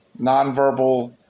nonverbal